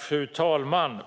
Fru talman!